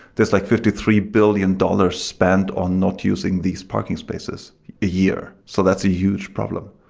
there's like fifty three billion dollars spent on not using these parking spaces a year. so that's a huge problem.